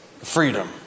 Freedom